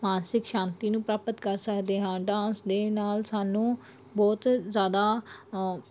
ਮਾਨਸਿਕ ਸ਼ਾਂਤੀ ਨੂੰ ਪ੍ਰਾਪਤ ਕਰ ਸਕਦੇ ਹਾਂ ਡਾਂਸ ਦੇ ਨਾਲ ਸਾਨੂੰ ਬਹੁਤ ਜ਼ਿਆਦਾ